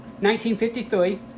1953